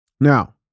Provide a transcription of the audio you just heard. Now